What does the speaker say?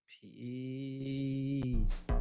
Peace